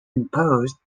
imposed